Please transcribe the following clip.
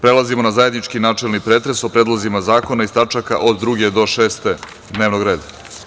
Prelazimo na zajednički načelni pretres o predlozima zakona iz tačaka od druge do šeste tačke dnevnog reda.